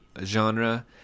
genre